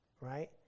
Right